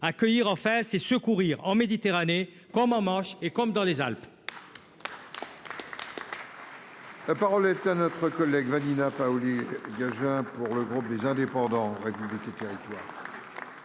Accueillir, enfin, c'est secourir en Méditerranée, comme dans la Manche et comme dans les Alpes